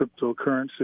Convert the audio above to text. cryptocurrency